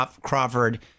Crawford